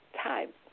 time